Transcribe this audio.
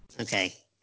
Okay